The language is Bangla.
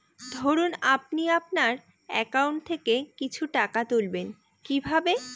ধরুন আপনি আপনার একাউন্ট থেকে কিছু টাকা তুলবেন কিভাবে?